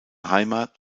heimat